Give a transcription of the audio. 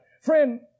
Friend